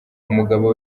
umugaba